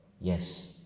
yes